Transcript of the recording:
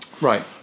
Right